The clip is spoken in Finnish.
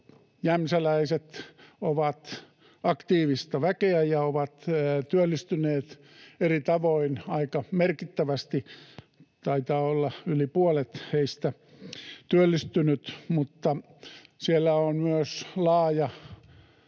jämsäläiset ovat aktiivista väkeä ja ovat työllistyneet eri tavoin aika merkittävästi, taitaa olla yli puolet heistä työllistynyt. Siellä on myös laaja